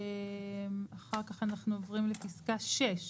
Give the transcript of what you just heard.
ואחר כך אנחנו עוברים לפסקה 6: